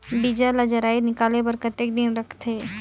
बीजा ला जराई निकाले बार कतेक दिन रखथे?